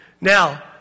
Now